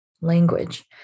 Language